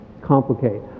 complicate